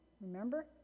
remember